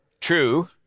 true